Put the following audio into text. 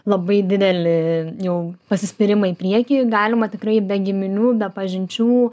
labai didelį jau pasispyrimą į priekį galima tikrai be giminių be pažinčių